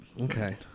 Okay